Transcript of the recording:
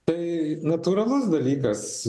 tai natūralus dalykas